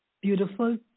beautiful